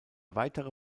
weitere